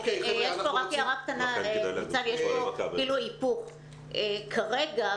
יש פה כאילו היפוך כרגע,